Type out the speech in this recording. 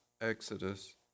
Exodus